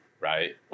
Right